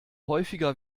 häufiger